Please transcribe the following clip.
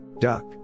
Duck